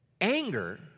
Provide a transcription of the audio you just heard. Anger